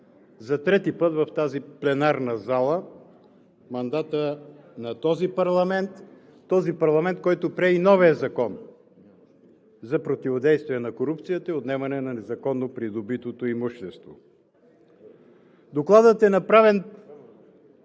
за трети път в тази пленарна зала, в мандата на този парламент – този парламент, който прие и новия закон за противодействие на корупцията и отнемане на незаконно придобитото имущество. Докладът е направен